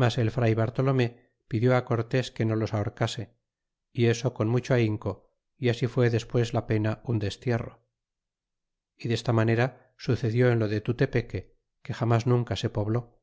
mas el fr bartolome pidió cortés que no los ahorcase y eso con mucho ahinco y ast fué despues la pena un destierro y desta manera sucedió en lo de tutepeque que jamas nunca se pobló